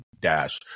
Dash